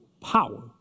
power